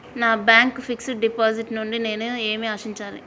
నా bank fixed deposit నుండి నేను ఏమి ఆశించాలి?